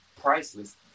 priceless